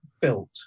built